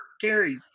Gary